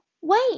wait